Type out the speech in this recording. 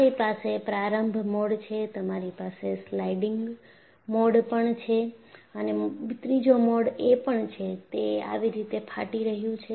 તમારી પાસે પ્રારંભ મોડ છે તમારી પાસે સ્લાઇડિંગ મોડ પણ છે અને ત્રીજો મોડ એ પણ છે તે આવી રીતે ફાટી રહ્યું છે